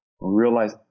realize